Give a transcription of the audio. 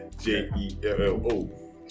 J-E-L-L-O